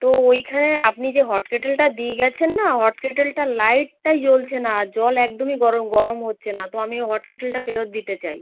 তো ওইখানে আপনি যে হট কেটেলটা দিয়ে গেছেন না হট কেটেলটার লাইটটাই জ্বলছে না আর জল একদমই গরম গরম হচ্ছে না তো আমি হট কেটেলটা ফেরত দিতে চাই